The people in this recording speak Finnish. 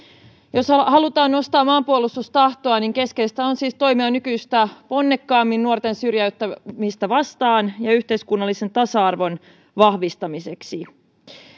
jos halutaan nostaa maanpuolustustahtoa niin keskeistä on siis toimia nykyistä ponnekkaammin nuorten syrjäytymistä vastaan ja yhteiskunnallisen tasa arvon vahvistamiseksi